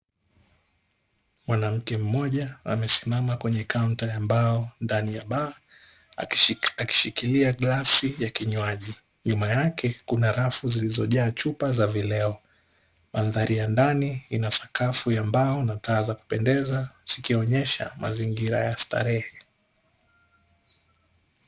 Mwanamke mmoja amesimama kwenye kaunta ya mbao ndani ya baa, akishikilia glasi ya kinywaji. Nyuma yake kuna rafu zilizojaa chupa za vileo. Mandhari ya ndani ina sakafu ya mbao na taa za kupendeza zikionyesha mazingira ya starehe.